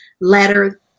letter